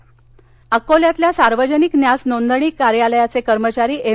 अकोला अकोल्यातल्या सार्वजनिक न्यास नोंदणी कार्यालयाचे कर्मचारी एम